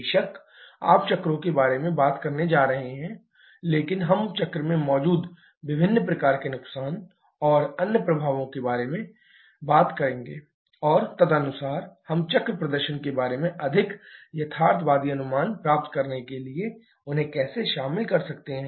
बेशक आप चक्रों के बारे में बात करने जा रहे हैं लेकिन हम चक्र में मौजूद विभिन्न प्रकार के नुकसान और अन्य प्रभावों के बारे में अधिक बात करेंगे और तदनुसार हम चक्र प्रदर्शन के बारे में अधिक यथार्थवादी अनुमान प्राप्त करने के लिए उन्हें कैसे शामिल कर सकते हैं